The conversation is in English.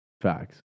Facts